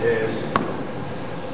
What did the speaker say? בבקשה.